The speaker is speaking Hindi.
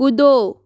कूदो